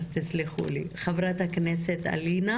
אז תסלחו לי, חברת הכנסת אלינה